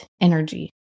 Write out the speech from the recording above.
energy